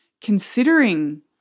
considering